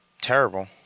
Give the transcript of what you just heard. terrible